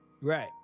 Right